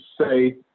say